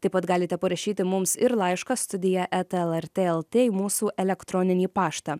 taip pat galite parašyti mums ir laišką studija eta el er tė lt į mūsų elektroninį paštą